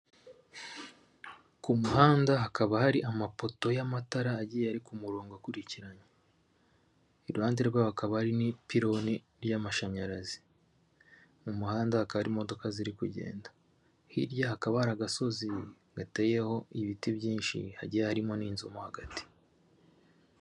Ku muhanda hakaba hari amapoto y'amatara agiye ari ku murongo akurikiranye. Iruhande rwaho hakaba hari n'ipironi ry'amashanyarazi. Mu muhanda hakaba hari imodoka ziri kugenda. Hirya hakaba hari agasozi gateyeho ibiti byinshi, hagiye harimo n'inzu mo hagati.